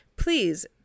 Please